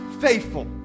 faithful